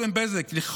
זה רק